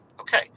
Okay